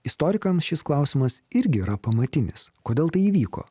istorikams šis klausimas irgi yra pamatinis kodėl tai įvyko